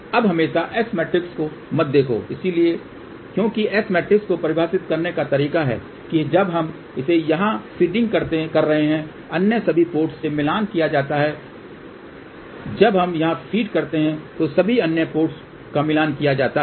अब हमेशा S matrix को मत देखो क्योंकि S मैट्रिक्स को परिभाषित करने का तरीका है कि जब हम इसे यहाँ फीडिंग रहे हैं अन्य सभी पोर्ट्स से मिलान किया जाता है जब हम यहाँ फ़ीड करते हैं तो सभी अन्य पोर्ट्स का मिलान किया जाता है